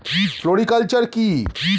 Floriculture কি?